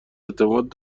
اعتماد